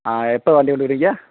ஆ எப்போ வண்டி கொண்டு வரீங்க